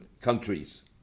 countries